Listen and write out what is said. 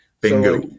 Bingo